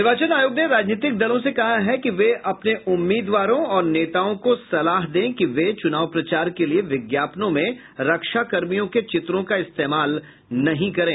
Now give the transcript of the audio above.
निवार्चन आयोग ने राजनीतिक दलों से कहा है कि वे अपने उम्मीदवारों और नेताओं को सलाह दें कि वे चुनाव प्रचार के लिए विज्ञापनों में रक्षाकर्मियों के चित्रों का इस्तेमाल नहीं करें